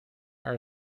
are